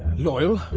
loyal,